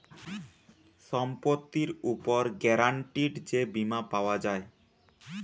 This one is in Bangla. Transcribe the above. সম্পত্তির উপর গ্যারান্টিড যে বীমা পাওয়া যায়